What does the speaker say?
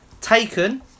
Taken